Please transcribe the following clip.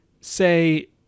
say